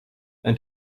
and